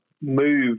move